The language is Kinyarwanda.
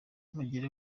mugire